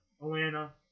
Atlanta